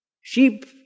Sheep